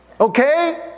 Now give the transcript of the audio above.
Okay